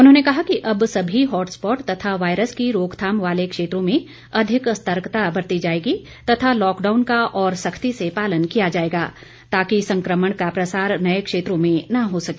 उन्होंने कहा कि अब सभी हॉट स्पॉट तथा वायरस की रोकथाम वाले क्षेत्रों में अधिक सतर्कता बरती जायेगी तथा लॉकडाउन का और सख्ती से पालन किया जायेगा ताकि संक्रमण का प्रसार नये क्षेत्रों में न हो सके